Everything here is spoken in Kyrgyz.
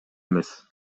эмес